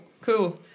cool